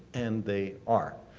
and they are.